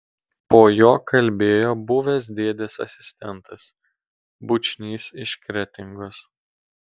po jo kalbėjo buvęs dėdės asistentas bučnys iš kretingos